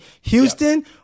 Houston